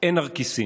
אין נרקיסים.